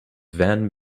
van